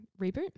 reboot